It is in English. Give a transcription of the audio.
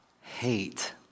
hate